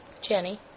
Jenny